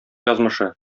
язмышы